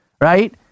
right